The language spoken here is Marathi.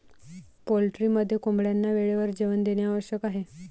पोल्ट्रीमध्ये कोंबड्यांना वेळेवर जेवण देणे आवश्यक आहे